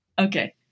Okay